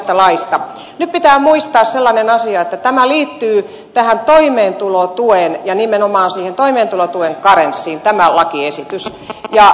nyt pitää muistaa sellainen asia että tämä lakiesitys liittyy tähän toimeentulotuen ja nimenomaan työttömyyspäivärahan karenssiin